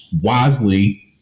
wisely